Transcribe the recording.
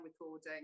recording